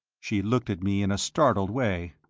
she looked at me in a startled way.